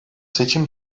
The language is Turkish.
seçim